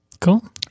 Cool